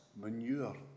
manure